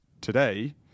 today